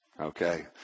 okay